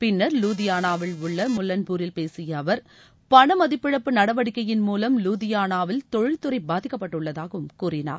பின்னார் லூதியானாவில் உள்ள முல்லன்பூரில் பேசிய அவர் பண மதிப்பிழப்பு நடவடிக்கையின் மூலம் லாதியானாவில் தொழில் துறை பாதிக்கப்பட்டுள்ளதாக கூறினார்